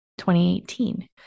2018